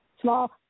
Small